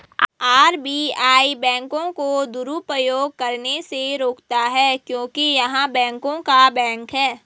RBI बैंकों को दुरुपयोग करने से रोकता हैं क्योंकि य़ह बैंकों का बैंक हैं